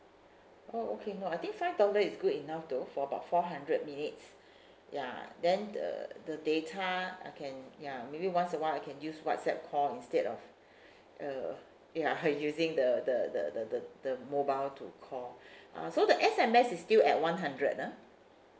oh okay no I think five dollar is good enough though for about four hundred minutes ya then the the data I can ya maybe once a while I can use whatsapp call instead of err ya uh using the the the the the the mobile to call uh so the S_M_S is still at one hundred ah